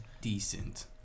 decent